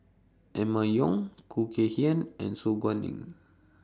Emma Yong Khoo Kay Hian and Su Guaning